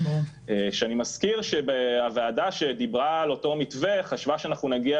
כשאני מזכיר שהוועדה שדיברה על אותו מתווה חשבה שאנחנו נגיע